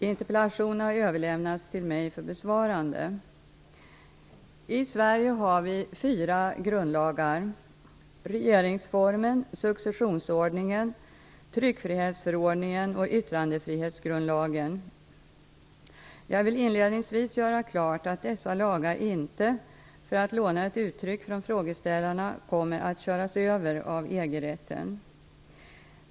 Interpellationerna har överlämnats till mig för besvarande. I Sverige har vi fyra grundlagar: regeringsformen, successionsordningen, tryckfrihetsförordningen och yttrandefrihetsgrundlagen. Jag vill inledningsvis göra klart att dessa lagar inte, för att låna ett uttryck från frågeställarna, kommer att ''köras över'' av EG-rätten.